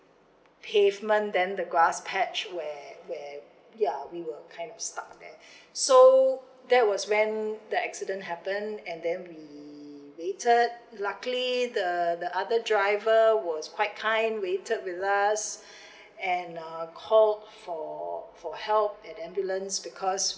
pavement then the grass patch where where ya we were kind of stuck there so there was when the accident happen and then we waited luckily the the other driver was quite kind waited with us and uh called for for help and ambulance because